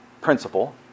principle